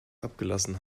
abgelassen